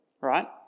right